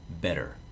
better